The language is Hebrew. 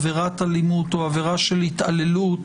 עבירת אלימות או עבירה של התעללות,